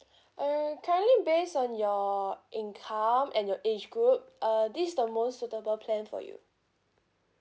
um currently based on your income and your age group uh this is the most suitable plan for you